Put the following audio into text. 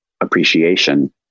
appreciation